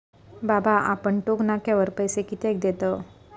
बाबा आपण टोक नाक्यावर पैसे कित्याक देतव?